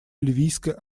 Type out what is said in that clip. ливийской